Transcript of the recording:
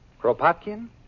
Kropotkin